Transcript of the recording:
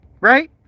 Right